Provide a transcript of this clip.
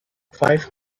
five